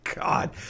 God